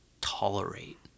tolerate